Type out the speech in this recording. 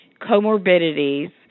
comorbidities